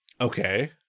Okay